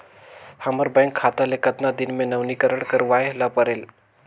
हमर बैंक खाता ले कतना दिन मे नवीनीकरण करवाय ला परेल?